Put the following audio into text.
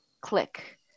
click